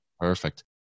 Perfect